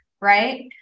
Right